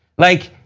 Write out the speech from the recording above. like,